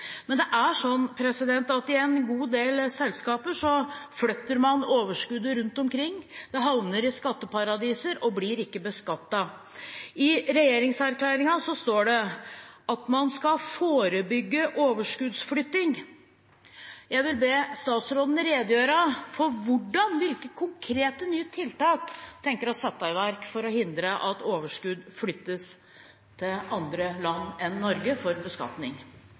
Men i en god del selskaper flytter man overskuddet rundt omkring, det havner i skatteparadiser og blir ikke beskattet. I regjeringserklæringen står det at man skal «forebygge overskuddsflytting». Jeg vil be statsråden redegjøre for hvilke konkrete nye tiltak hun tenker å sette i verk for å hindre at overskudd flyttes til andre land enn Norge for beskatning.